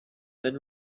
than